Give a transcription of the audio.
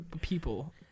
People